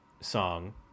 song